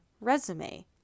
resume